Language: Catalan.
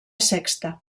sexta